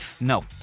No